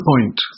point